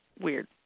weird